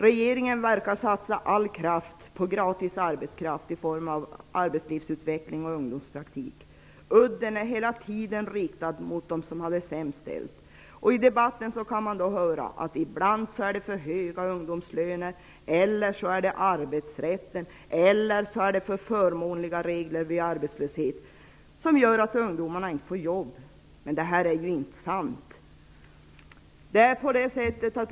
Regeringen verkar satsa all kraft på gratis arbetskraft i form av arbetslivsutveckling och ungdomspraktik. Udden är hela tiden riktad mot dem som har det sämst ställt. I debatten kan man höra att det är de för höga ungdomslönerna, att det är arbetsrättens regler eller att det är de alltför förmånliga reglerna vid arbetslöshet som gör att ungdomarna inte får jobb. Men det är ju inte sant!